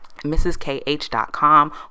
mrskh.com